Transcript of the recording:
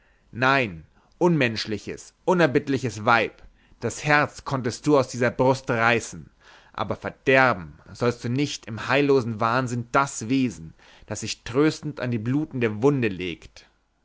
nein unmenschliches unerbittliches weib das herz konntest du aus dieser brust reißen aber verderben sollst du nicht im heillosen wahnsinn das wesen das sich tröstend an die blutende wunde legt